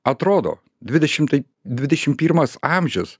atrodo dvidešimtai dvidešim pirmas amžius